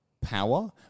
power